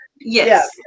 Yes